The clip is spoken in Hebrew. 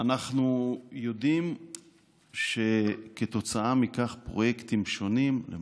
אנחנו יודעים שכתוצאה מכך פרויקטים שונים נעצרים,